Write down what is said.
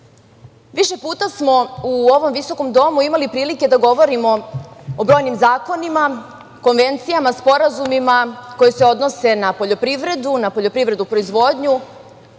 više puta smo u ovom visokom domu imali prilike da govorimo o brojnim zakonima, konvencijama, sporazumima koji se odnose na poljoprivredu, na poljoprivrednu proizvodnju